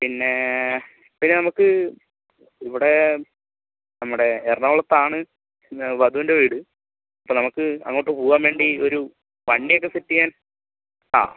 പിന്നേ പിന്നെ നമുക്ക് ഇവിടെ നമ്മുടെ എറണാകുളത്താണ് പിന്നെ വധൂൻ്റെ വീട് അപ്പൊൾ നമക്ക് അങ്ങോട്ട് പോവാൻ വേണ്ടി ഒരു വണ്ടിയൊക്കെ സെറ്റെയ്യാൻ